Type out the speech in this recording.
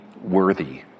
worthy